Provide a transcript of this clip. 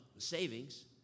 savings